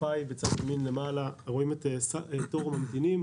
בצד ימין למעלה רואים את תור הממתינים,